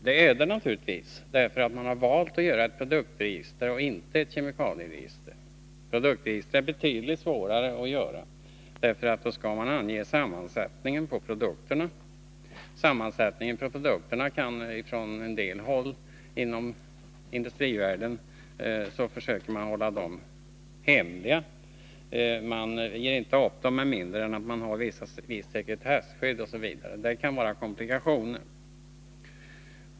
Det är det naturligtvis därför att man har valt att göra ett produktregister och inte ett kemikalieregister. Produktregister är betydligt svårare att göra — då skall man ange sammansättningen på produkterna, och på en del håll inom industrivärlden försöker man hålla sammansättningen på produkterna hemlig. Man uppger den inte med mindre än att man har visst sekretesskydd, osv. Det är en komplikation.